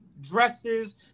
dresses